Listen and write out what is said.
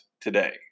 today